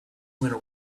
winter